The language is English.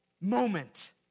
moment